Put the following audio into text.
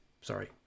sorry